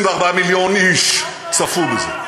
24 מיליון איש צפו בזה.